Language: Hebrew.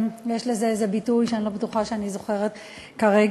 יש לזה איזה ביטוי שאני לא בטוחה שאני זוכרת כרגע,